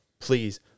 please